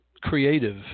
creative